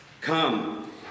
Come